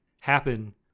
happen